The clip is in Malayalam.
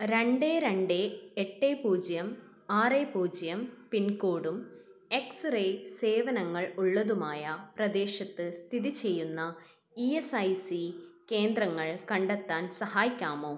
രണ്ട് രണ്ട് എട്ട് പൂജ്യം ആറ് പൂജ്യം പിൻകോഡും എക്സ് റേ സേവനങ്ങൾ ഉള്ളതുമായ പ്രദേശത്ത് സ്ഥിതി ചെയ്യുന്ന ഇ എസ് ഐ സി കേന്ദ്രങ്ങൾ കണ്ടെത്താൻ സഹായിക്കാമോ